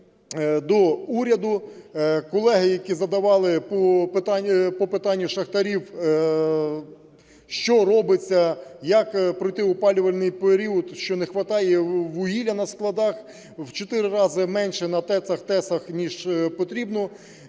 до уряду колеги, які задавали по питанню шахтарів, що робиться, як пройти опалювальний період, що не хватає вугілля на складах, в 4 рази менше на ТЕЦах, ТЕСах ніж потрібно,